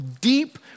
deep